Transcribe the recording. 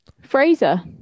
Fraser